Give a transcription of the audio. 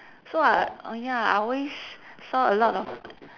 so I oh ya I always saw a lot of